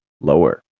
lower